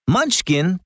Munchkin